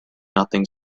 nothing